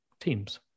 teams